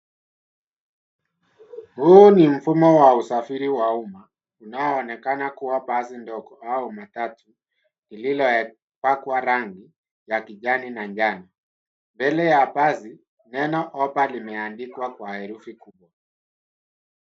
Huu ni mfumo wa usafiri wa umma unaoonekana kuwa basi ndogo au matatu lililopakwa rangi ya kijani na njano. Mbele ya basi neno Hoppa limeandikwa kwa herufi kubwa.